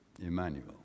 Emmanuel